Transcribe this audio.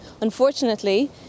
Unfortunately